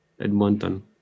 Edmonton